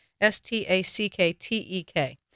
s-t-a-c-k-t-e-k